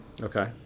okay